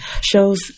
shows